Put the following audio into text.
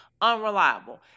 unreliable